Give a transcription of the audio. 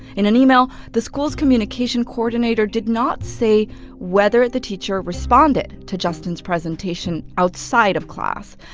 in an email, the school's communication coordinator did not say whether the teacher responded to justin's presentation outside of class.